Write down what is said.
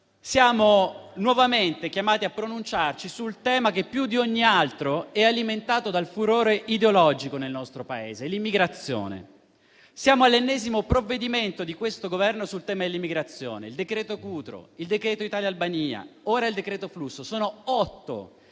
Siamo nuovamente chiamati a pronunciarci sul tema che più di ogni altro è alimentato dal furore ideologico nel nostro Paese: l'immigrazione. Siamo all'ennesimo provvedimento di questo Governo sul tema dell'immigrazione: il decreto Cutro, il decreto Italia-Albania, ora il decreto flussi. Sono otto